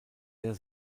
der